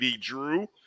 Drew